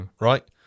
Right